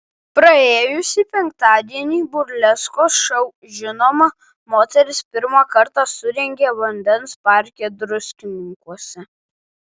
praėjusį penktadienį burleskos šou žinoma moteris pirmą kartą surengė vandens parke druskininkuose